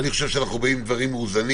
אני חושב שאנחנו באים עם דברים מאוזנים